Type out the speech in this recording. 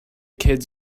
kids